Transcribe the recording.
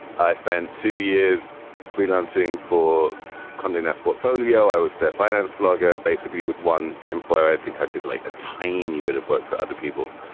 i spent two years freelancing for conde nast portfolio. i was their finance blogger, basically with one employer. i think i did like a tiny bit of work for other people.